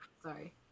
Sorry